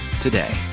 today